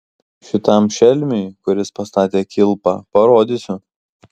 šitam šelmiui kuris pastatė kilpą parodysiu